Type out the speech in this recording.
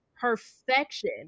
perfection